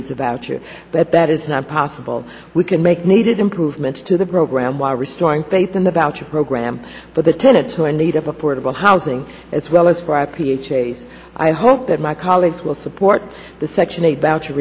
needs about you but that is not possible we can make needed improvements to the program while restoring faith in the boucher program for the tenants who are in need of affordable housing as well as for our ph i hope that my colleagues will support the section eight voucher